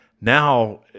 now